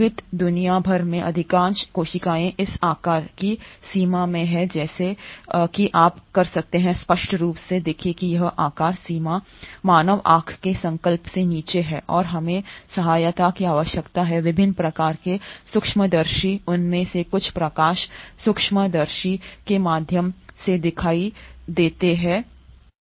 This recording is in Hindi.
जीवित दुनिया भर में अधिकांश कोशिकाएं इस आकार की सीमा में हैं और जैसा कि आप कर सकते हैं स्पष्ट रूप से देखें कि यह आकार सीमा मानव आँख के संकल्प से नीचे है और हमें सहायता की आवश्यकता है विभिन्न प्रकार के सूक्ष्मदर्शी उनमें से कुछ प्रकाश सूक्ष्मदर्शी के माध्यम से दिखाई देते हैं उनमें से नहीं हैं